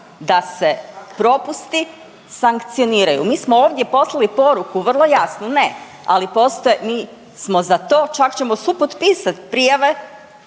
da se propusti sankcioniraju. Mi smo ovdje poslali poruku vrlo jasnu, ne, ali postoje, mi smo za to, čak ćemo supotpisat prijave